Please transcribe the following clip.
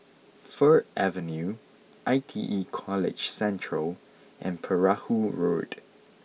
Fir Avenue I T E College Central and Perahu Road